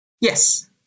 Yes